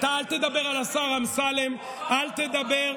אולי את השר אתה יכול ללמד.